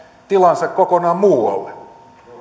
tilansa kokonaan muualle